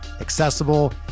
accessible